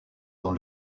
dans